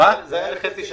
זה היה לחצי שנה.